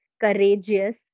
courageous